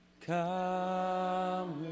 come